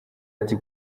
ati